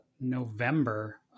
November